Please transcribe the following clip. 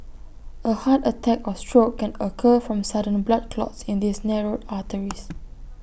A heart attack or stroke can occur from sudden blood clots in these narrowed arteries